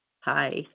Hi